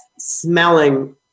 Smelling